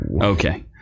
Okay